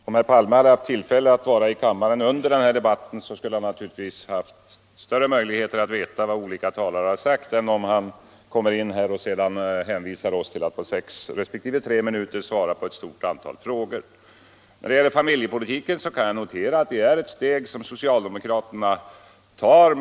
Herr talman! Om herr Palme hade haft tillfälle att vara i kammaren under denna debatt skulle han haft större möjligheter att veta vad olika talare sagt. Nu ställde han ett stort antal frågor, men det är inte möjligt för oss att på tre eller sex minuter svara på allt det han tog upp. I familjepolitiken har socialdemokraterna tagit ett steg.